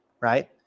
right